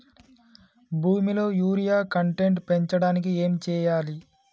భూమిలో urea content పెంచడానికి ఏం చేయాలి?